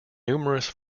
numerous